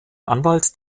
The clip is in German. anwalt